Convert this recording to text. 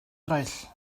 eraill